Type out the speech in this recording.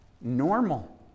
normal